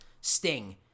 Sting